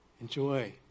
Enjoy